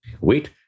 wait